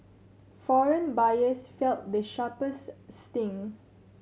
foreign buyers felt the sharpest sting